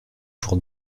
pour